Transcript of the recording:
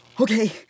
Okay